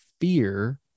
fear